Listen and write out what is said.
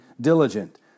diligent